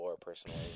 personally